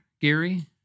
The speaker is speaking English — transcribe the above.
Gary